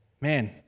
man